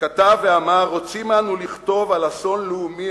כתב ואמר: "רוצים אנו לכתוב על האסון הלאומי